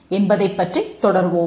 என்பதைப் பற்றித் தொடர்வோம்